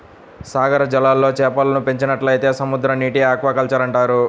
సాగర జలాల్లో చేపలను పెంచినట్లయితే సముద్రనీటి ఆక్వాకల్చర్ అంటారు